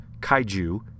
kaiju